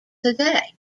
today